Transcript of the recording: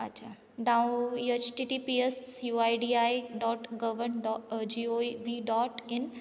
अच्छा डाउ H T T P S U I D I dot gov डॉ G O E V dot in